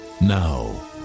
Now